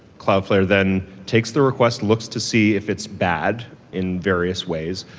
cloudflare then takes the request, looks to see if it's bad in various ways,